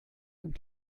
und